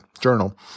journal